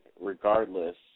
regardless